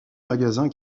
magasin